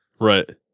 Right